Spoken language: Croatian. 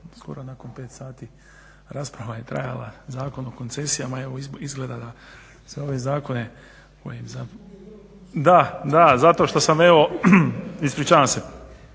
skoro nakon 5 sati rasprava je trajala, Zakon o koncesijama evo izgleda da sve ove zakone. …/Upadica se ne razumije./… Da, da, zato što sam evo. Ispričavam se,